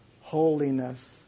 holiness